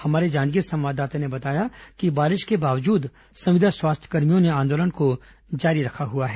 हमारे जांजगीर संवाददाता ने बताया कि बारिश के बावजूद संविदा स्वास्थ्यकर्मियों ने आंदोलन को जारी रखा हुआ है